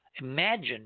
Imagine